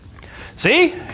See